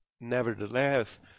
nevertheless